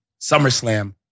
SummerSlam